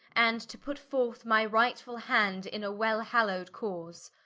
and to put forth my rightfull hand in a wel-hallow'd cause.